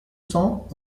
cents